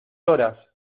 horas